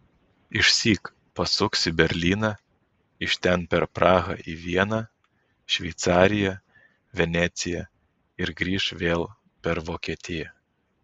išsyk pasuks į berlyną iš ten per prahą į vieną šveicariją veneciją ir grįš vėl per vokietiją